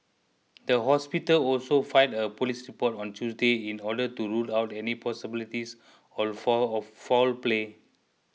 the hospital also filed a police report on Tuesday in order to rule out any possibility of foul of foul play